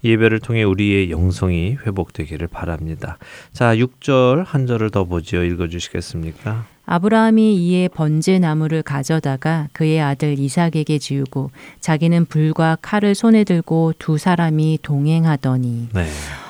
예배를 통해 우리의 영성이 회복되기를 바랍니다. 자, 육 절 한 절을 더 보지요. 읽어주시겠습니까? "아브라함이 이에 번제 나무를 가져다가 그의 아들 이삭에게 지우고 자기는 불과 칼을 손에 들고 두 사람이 동행하더니." 네.